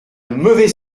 mauvais